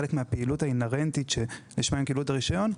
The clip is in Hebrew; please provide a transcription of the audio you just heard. חלק מהפעילות האינהרנטית שלשמה הם קיבלו את הרישיון.